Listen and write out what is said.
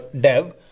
dev